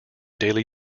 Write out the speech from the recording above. daily